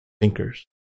thinkers